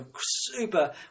super